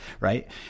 right